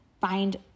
find